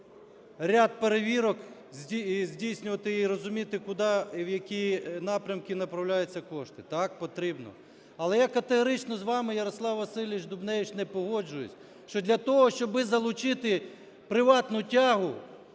ряд перевірок, здійснювати і розуміти, куди і в який напрямки направляються кошти? Так, потрібно. Але я категорично з вами, Ярославе Васильовичу Дубневич, не погоджуюсь, що для того щоб залучити приватну тягу